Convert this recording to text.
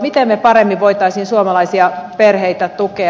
miten me paremmin voisimme suomalaisia perheitä tukea